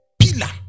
Pillar